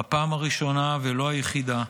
בפעם הראשונה, ולא היחידה,